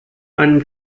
einen